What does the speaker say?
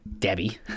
debbie